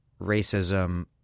racism